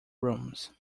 rooms